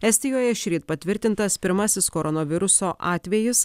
estijoje šįryt patvirtintas pirmasis koronaviruso atvejis